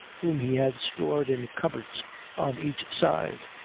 whom he had stowed in cupboards on each side.